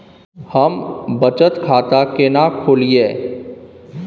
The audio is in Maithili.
हम बचत खाता केना खोलइयै?